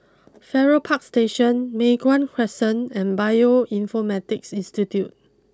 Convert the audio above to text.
Farrer Park Station Mei Hwan Crescent and Bioinformatics Institute